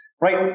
right